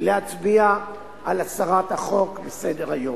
להצביע על הסרת החוק מסדר-היום.